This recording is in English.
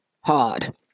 hard